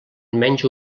menys